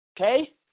Okay